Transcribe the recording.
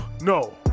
No